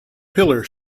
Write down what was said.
pillar